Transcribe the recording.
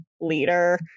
leader